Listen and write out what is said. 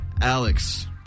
Alex